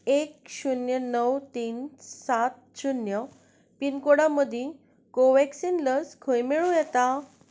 एक शून्य णव तीन सात शून्य पिनकोडा मदीं कोव्हॅक्सिन लस खंय मेळूं येता